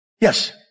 yes